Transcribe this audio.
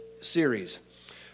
series